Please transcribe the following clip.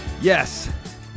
Yes